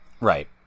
Right